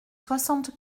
soixante